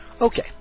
Okay